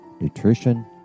nutrition